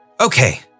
okay